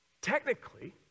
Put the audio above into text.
technically